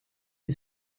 who